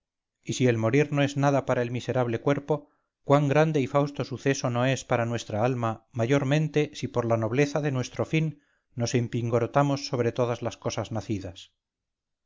y si el morir no es nada para el miserable cuerpo cuán grande y fausto suceso no es para nuestra alma mayormente si por la nobleza de nuestro fin nos empingorotamos sobre todas las cosas nacidas